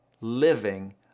living